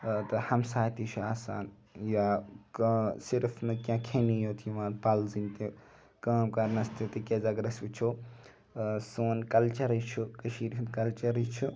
تہٕ ہَمساے تہِ چھُ آسان یا کانٛہہ صِرف نہٕ کینٛہہ کھیٚنی یوت یِوان پَلزٕنۍ تہِ کٲم کَرنَس تہِ تکیازِ اگر أسۍ وٕچھو سون کَلچَرٕے چھُ کٔشیٖر ہُنٛد کَلچَرٕے چھُ